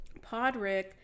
Podrick